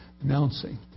announcing